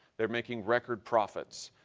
they're making record profits.